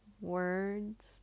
words